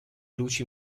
luci